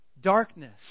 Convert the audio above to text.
Darkness